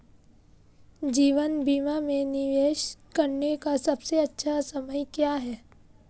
जीवन बीमा में निवेश करने का सबसे अच्छा समय क्या है?